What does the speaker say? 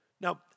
Now